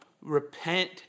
repent